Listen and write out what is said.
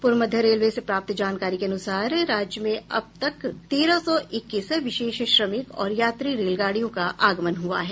पूर्व मध्य रेलवे से प्राप्त जानकारी के अनुसार राज्य में अब तक तेरह सौ इक्कीस विशेष श्रमिक और यात्री रेलगाड़ियों का आगमन हुआ है